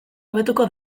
hobetuko